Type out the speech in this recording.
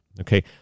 Okay